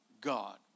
God